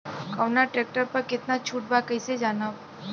कवना ट्रेक्टर पर कितना छूट बा कैसे जानब?